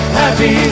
happy